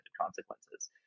consequences